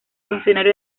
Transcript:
funcionario